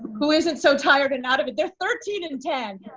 who isn't so tired and out of it? they're thirteen and ten.